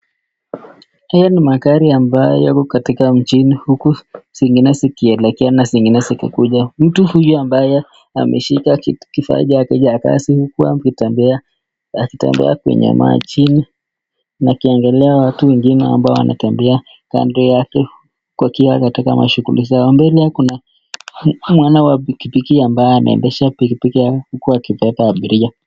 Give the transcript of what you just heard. Haya ni magari ambayo yako katika mjini huku. zingine zikielekea na zingine zikikuja. Mtu huyu ambaye ameshika kifaa chake cha kazi huku akitembea akitembea kwenye majini na akiangalia watu wengine ambao wanatembea kando yake wakiwa katika mashughuli zao. Mbele huku kuna mwana wa pikipiki ambaye anaendesha pikipiki huku akibeba abiria.